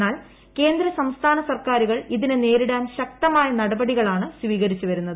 എന്നാൽ കേന്ദ്ര സംസ്ഥാന സർക്കാരുകൾ ഇതിനെ നേരിടാൻ ശക്തമായ നടപടികളാണ് സ്വീകരിച്ചു വരുന്നത്